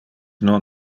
non